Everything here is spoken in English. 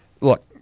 Look